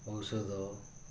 ଔଷଧ